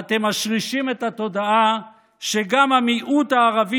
ואתם משרישים את התודעה שגם המיעוט הערבי